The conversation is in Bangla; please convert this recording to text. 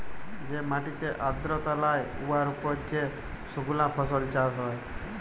যে মাটিতে আর্দ্রতা লাই উয়ার উপর যে সুকনা ফসল চাষ হ্যয়